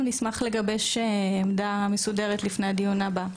אנחנו נשמח לגבש עמדה מסודרת לפני הדיון הבא,